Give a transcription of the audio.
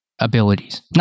abilities